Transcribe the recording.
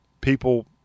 people